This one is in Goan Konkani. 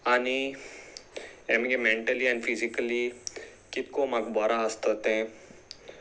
आनी हे मगे मेंनटली आनी फिजिकली कितको म्हाका बरो आसता तें